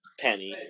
Penny